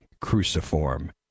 cruciform